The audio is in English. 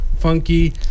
funky